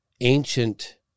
ancient